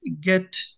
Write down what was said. get